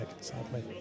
sadly